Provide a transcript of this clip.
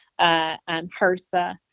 HERSA